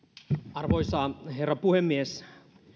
arvoisa herra puhemies